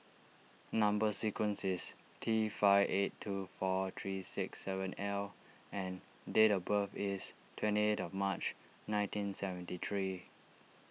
Number Sequence is T five eight two four three six seven L and date of birth is twenty eighth of March nineteen seventy three